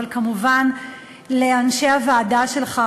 אבל כמובן לאנשי הוועדה שלך,